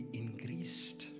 increased